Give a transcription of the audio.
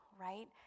right